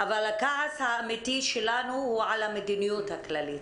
הכעס האמיתי שלנו הוא על המדיניות הכללית.